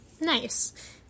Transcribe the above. nice